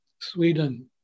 Sweden